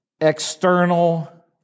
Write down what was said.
external